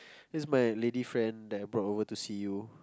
this is my lady friend that I bought over to see you